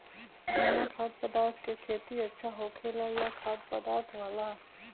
बिना खाद्य पदार्थ के खेती अच्छा होखेला या खाद्य पदार्थ वाला?